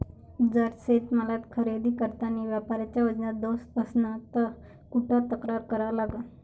जर शेतीमाल खरेदी करतांनी व्यापाऱ्याच्या वजनात दोष असन त कुठ तक्रार करा लागन?